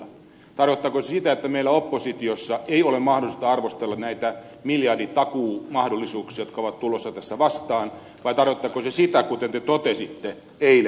tarkoittaako se sitä että meillä oppositiossa ei ole mahdollisuutta arvostella näitä miljarditakuumahdollisuuksia jotka ovat tulossa tässä vastaan vai tarkoittaako se sitä kuten te totesitte eilen